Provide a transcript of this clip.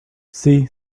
see